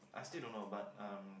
I still don't know but um